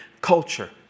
culture